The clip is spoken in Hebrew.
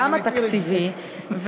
גם התקציבי,